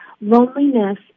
Loneliness